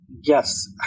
Yes